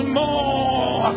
more